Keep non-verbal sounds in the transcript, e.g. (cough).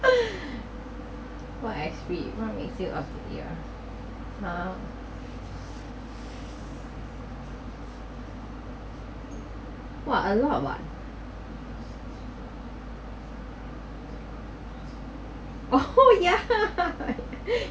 (laughs) what's what's make you ha !wah! a lot what !wow! yeah (laughs)